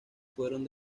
fueron